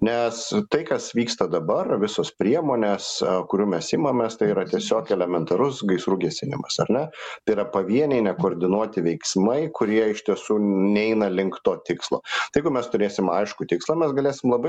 nes tai kas vyksta dabar visos priemonės kurių mes imamės tai yra tiesiog elementarus gaisrų gesinimas ar ne yra pavieniai nekoordinuoti veiksmai kurie iš tiesų neina link to tikslo jeigu mes turėsim aiškų tikslą mes galėsim labai